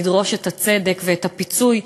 לדרוש את הצדק ואת הפיצוי,